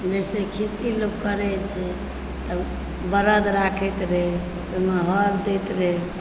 जैसे खेती लोक करए छै तऽ बरद राखैत रहए ओहिमे हर दैत रहए